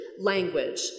language